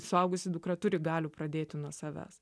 suaugusi dukra turi galių pradėti nuo savęs